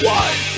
one